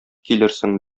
килерсең